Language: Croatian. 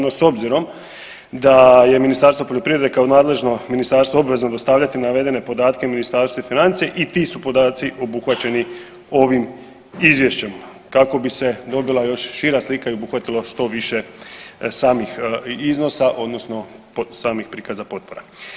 No s obzirom da je Ministarstvo poljoprivrede kao nadležno ministarstvo obvezno dostavljati navedene podatke Ministarstvu financija i ti su podaci obuhvaćeni ovim izvješćem kako bi se dobila još šira slika i obuhvatilo što više samih iznosa odnosno samih prikaza potpora.